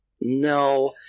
No